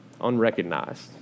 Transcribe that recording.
unrecognized